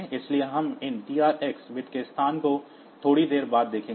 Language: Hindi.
इसलिए हम इन TR x बिट्स के स्थान को थोड़ी देर बाद देखेंगे